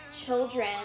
children